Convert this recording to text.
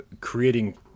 creating